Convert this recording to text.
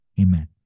Amen